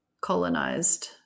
colonized